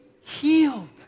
healed